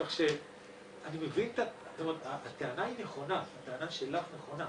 הטענה שלך נכונה,